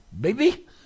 Baby